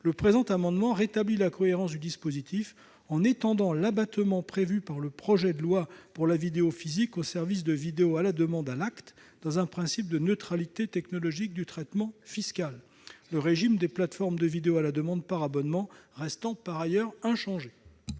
le présent amendement rétablit la cohérence du dispositif, en étendant l'abattement prévu par le projet de loi pour la vidéo physique aux services de vidéo à la demande à l'acte, dans un principe de neutralité technologique du traitement fiscal. Le régime des plateformes de vidéo à la demande par abonnement reste par ailleurs inchangé.